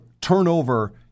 turnover